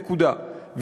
נקודה,